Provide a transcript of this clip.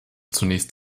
zunächst